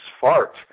fart